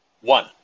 One